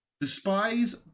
despise